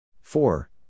Four